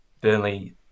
Burnley